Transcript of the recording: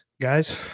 Guys